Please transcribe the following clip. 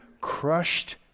crushed